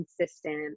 consistent